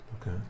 okay